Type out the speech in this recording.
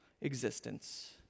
existence